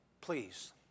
please